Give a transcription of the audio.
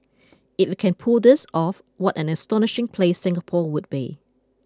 if it can pull this off what an astonishing place Singapore would be